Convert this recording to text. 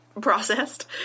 processed